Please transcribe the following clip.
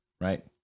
right